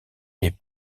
est